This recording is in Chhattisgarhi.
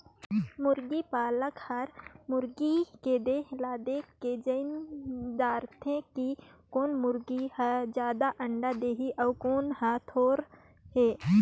मुरगी पालक हर मुरगी के देह ल देखके जायन दारथे कि कोन मुरगी हर जादा अंडा देहि अउ कोन हर थोरहें